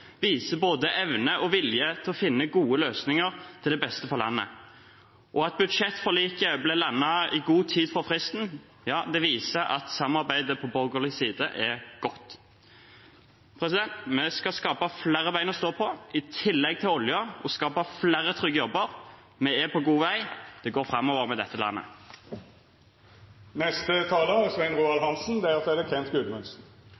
viser både evne og vilje til å finne gode løsninger til beste for landet. At budsjettforliket ble landet i god tid før fristen, viser at samarbeidet på borgerlig side er godt. Vi skal skape flere ben å stå på, i tillegg til oljen, og vi skal skape flere trygge jobber. Vi er på god vei. Det går framover med dette